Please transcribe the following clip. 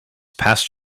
past